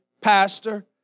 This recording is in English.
pastor